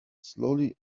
slowly